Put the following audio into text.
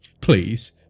Please